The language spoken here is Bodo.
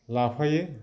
लाफायो